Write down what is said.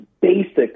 basic